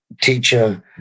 teacher